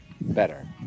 better